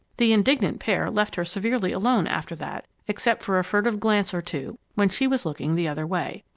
the indignant pair left her severely alone after that, except for a furtive glance or two when she was looking the other way.